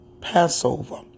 Passover